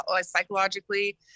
psychologically